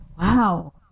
Wow